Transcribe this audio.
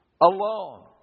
alone